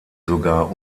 sogar